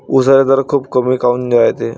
उसाचा दर खूप कमी काऊन रायते?